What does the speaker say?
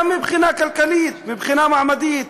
גם מבחינה כלכלית, מבחינה מעמדית,